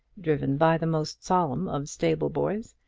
driven by the most solemn of stable-boys,